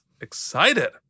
excited